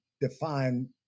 define